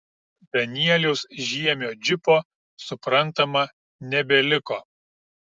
danieliaus žiemio džipo suprantama nebeliko